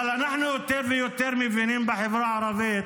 אבל אנחנו יותר ויותר מבינים בחברה הערבית